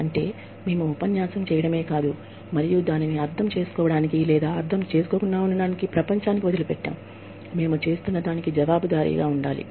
అంటే మేము ఉపన్యాసం ఇవ్వడం మరియు దానిని అర్థం చేసుకోవడానికి ప్రపంచానికి వదిలివేయడం లేదా దానిని అర్థం చేసుకోవడం మాత్రమే కాదు మనం ఏమి చేస్తున్నామో దానికి మేము జవాబుదారీగా ఉండాలి